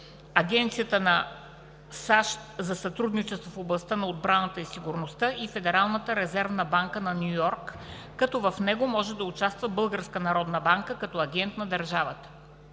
Агенцията на САЩ за сътрудничество в областта на отбраната и сигурността и Федералната резервна банка на Ню Йорк, като в него може да участва Българската народна